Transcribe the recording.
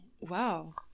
Wow